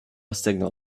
signal